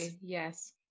Yes